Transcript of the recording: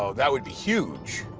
so that would be huge.